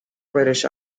british